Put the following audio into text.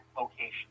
location